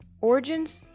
origins